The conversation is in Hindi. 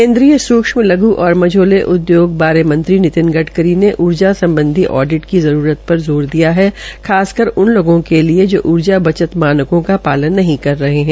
केन्द्रीय सुक्षम लघ् और मझौले उदयोगबारे मंत्री नितिन गडकरी ने ऊर्जा सम्बधी ऑडिट की जरूरत पर ज़ोर दिया है खास कर उन लोगों के लिए जो ऊर्जा बचत मानको का पालन नहीं कर रहे है